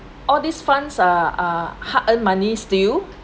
all these funds are are hard-earned money still